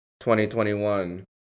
2021